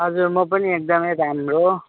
हजुर म पनि एकदमै राम्रो